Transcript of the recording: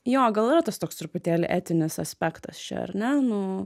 jo gal yra tas toks truputėlį etinis aspektas čia ar ne nu